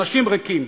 אנשים ריקים,